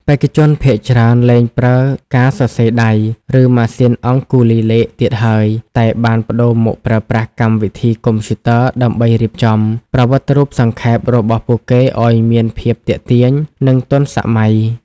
បេក្ខជនភាគច្រើនលែងប្រើការសរសេរដៃ ឬម៉ាស៊ីនអង្គុលីលេខទៀតហើយ តែបានប្ដូរមកប្រើប្រាស់កម្មវិធីកុំព្យូទ័រ ដើម្បីរៀបចំ ប្រវត្តិរូបសង្ខេប របស់ពួកគេឲ្យមានភាពទាក់ទាញ និងទាន់សម័យ។